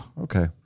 Okay